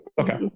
Okay